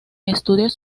estudios